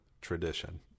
tradition